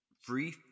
free